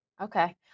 okay